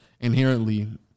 inherently